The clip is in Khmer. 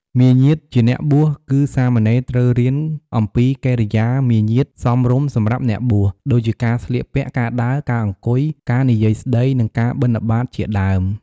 មារយាទជាអ្នកបួស គឺសាមណេរត្រូវរៀនអំពីកិរិយាមារយាទសមរម្យសម្រាប់អ្នកបួស ដូចជាការស្លៀកពាក់ ការដើរ ការអង្គុយ ការនិយាយស្តី និងការបិណ្ឌបាតជាដើម។